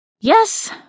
Yes